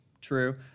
True